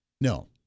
No